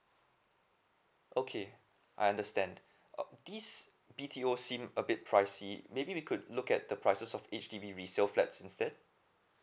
okay I understand uh this B_T_O seem a bit pricey maybe we could look at the prices of H_D_B resale flats instead